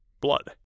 blood